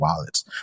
wallets